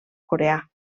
coreà